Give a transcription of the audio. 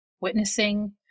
witnessing